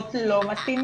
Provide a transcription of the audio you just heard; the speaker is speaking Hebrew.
למקומות לא מתאימים.